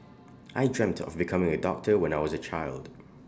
I dreamt of becoming A doctor when I was A child